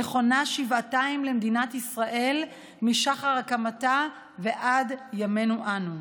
נכונה שבעתיים למדינת ישראל משחר היותה ועד ימינו אנו.